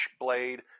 blade